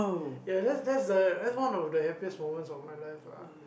ya that's that's the that's one of the happiest moments of my life ah